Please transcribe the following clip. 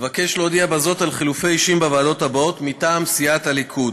אבקש להודיע בזאת על חילופי אישים בוועדות הבאות מטעם סיעת הליכוד: